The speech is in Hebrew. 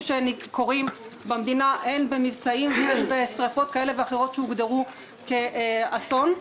שקורים במדינה הן במבצעים ובשרפות שהוגדרו כאסון.